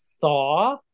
thaw